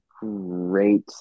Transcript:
great